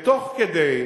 ותוך כדי,